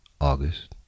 August